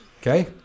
Okay